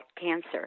cancer